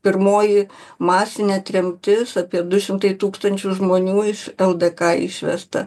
pirmoji masinė tremtis apie du šimtai tūkstančių žmonių iš ldk išvežta